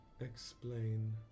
explain